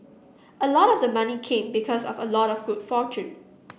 a lot of the money came because of a lot of good fortune